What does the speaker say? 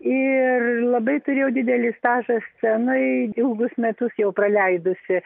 ir labai turėjau didelį stažą scenoj ilgus metus jau praleidusi